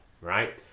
right